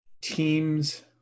teams